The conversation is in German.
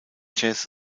jazz